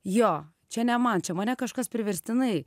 jo čia ne man čia mane kažkas priverstinai